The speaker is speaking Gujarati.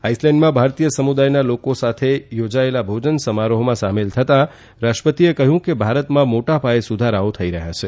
આઈસલેન્ડમાં ભારતીય સમુદાયના લોકો દ્વારા યોજાયેલા ભોજન સમારોહમાં સામેલ થતાં રાષ્ટ્રપતિએ કહ્યું કે ભારતમાં મોટા પાયે સુધારાઓ થઇ રહ્યાં છે